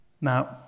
Now